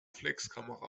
spiegelreflexkamera